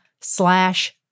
slash